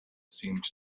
seemed